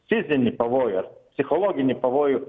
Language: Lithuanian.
fizinį pavojų ar psichologinį pavojų